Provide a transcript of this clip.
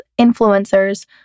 Influencers